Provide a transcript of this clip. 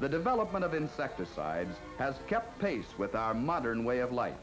the development of insecticide has kept pace with our modern way of life